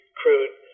crude